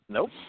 Nope